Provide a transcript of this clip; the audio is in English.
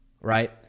right